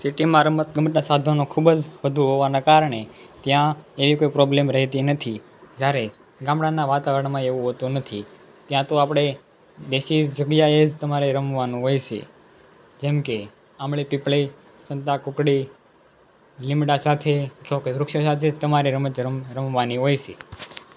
સિટીમાં રમત ગમતના સાધનો ખૂબ જ વધુ હોવાના કારણે ત્યાં એવી કોઈ પ્રોબ્લેમ રહેતી નથી જ્યારે ગામડાના વાતાવરણમાં એવું હોતું નથી ત્યાં તો આપણે દેશી જગ્યાએ જ તમારે રમવાનું હોય છે જેમ કે આંબલી પીપળી સંતાકૂકડી લીમડા સાથે જ વૃક્ષો સાથે જ તમારી રમત રમવાની હોય છે